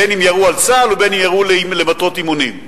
בין אם ירו על צה"ל ובין אם ירו למטרות אימונים.